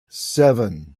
seven